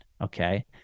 Okay